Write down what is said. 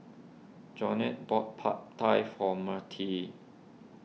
Jeane bought Pad Thai for Mertie